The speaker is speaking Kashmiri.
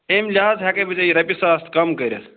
أَمۍ لحاظٕ ہٮ۪کٕے بہٕ ژےٚ یہِ رۄپیہِ ساس کَم کٔرِتھ